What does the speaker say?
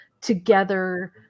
together